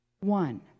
one